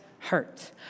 hurt